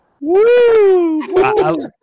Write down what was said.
Woo